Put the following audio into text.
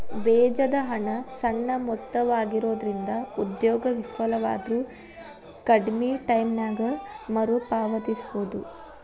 ಬೇಜದ ಹಣ ಸಣ್ಣ ಮೊತ್ತವಾಗಿರೊಂದ್ರಿಂದ ಉದ್ಯೋಗ ವಿಫಲವಾದ್ರು ಕಡ್ಮಿ ಟೈಮಿನ್ಯಾಗ ಮರುಪಾವತಿಸಬೋದು